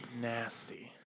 Nasty